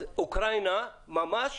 אז אוקראינה, ממש,